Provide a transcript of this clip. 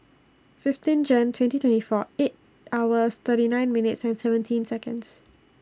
fifteen Jane twenty twenty four eight hours thirty nine minutes and seventeen Seconds